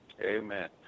Amen